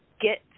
get